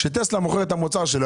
כש"טסלה" מוכרת את המוצר שלה,